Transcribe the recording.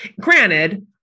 Granted